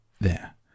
There